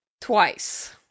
twice